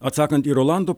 atsakant į rolando